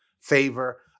Favor